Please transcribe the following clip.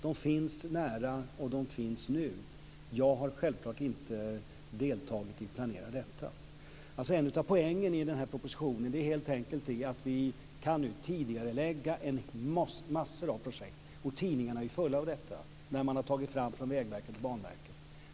De finns nära, och de finns nu. Jag har självfallet inte deltagit i planeringen av detta. En av poängerna i den här propositionen är helt enkelt att vi nu kan tidigarelägga massor av projekt - tidningarna är fulla av detta - när man har tagit fram dem från Vägverket och Banverket.